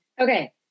Okay